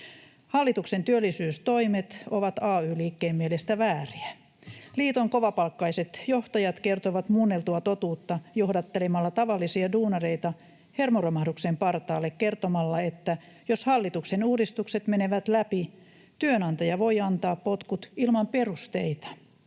Hallituksen työllisyystoimet ovat ay-liikkeen mielestä vääriä. Liiton kovapalkkaiset johtajat kertovat muunneltua totuutta ja johdattelevat tavallisia duunareita hermoromahduksen partaalle kertomalla, että jos hallituksen uudistukset menevät läpi, työnantaja voi antaa potkut ilman perusteita